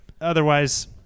otherwise